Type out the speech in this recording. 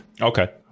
Okay